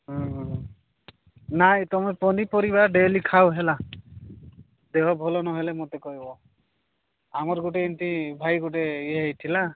ହ ନାଇଁ ତୁମେ ପନିପରିବା ଡେଲି ଖାଅ ହେଲା ଦେହ ଭଲ ନହେଲେ ମୋତେ କହିବ ଆମର ଗୋଟେ ଏମିତି ଭାଇ ଗୋଟେ ଇଏ ହୋଇଥିଲା